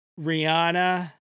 Rihanna